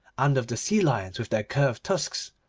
and of the sea-lions with their curved tusks,